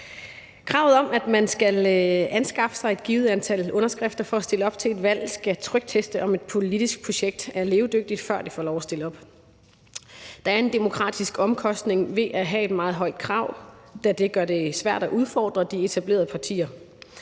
Kravet om, at man skal anskaffe sig et givent antal underskrifter for at stille op til et valg, skal trykteste, om et politisk projekt er levedygtigt, før det får lov til at stille op. Der er en demokratisk omkostning ved at have et meget højt krav, da det gør det svært at udfordre de etablerede partier.